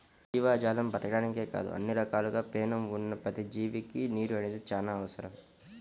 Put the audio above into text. జీవజాలం బతకడానికే కాదు అన్ని రకాలుగా పేణం ఉన్న ప్రతి జీవికి నీరు అనేది చానా అవసరం